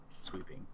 sweeping